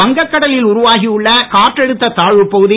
வங்கக் கடலில் உருவாகியுள்ள காற்றழுத்த தாழ்வுப் பகுதி